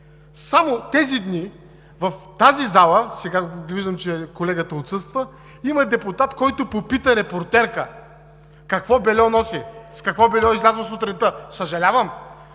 Само тези дни в тази зала – сега виждам, че колегата отсъства – има депутат, който попита репортерка какво бельо носи, с какво бельо е излязла сутринта. (Възгласи